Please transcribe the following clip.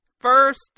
First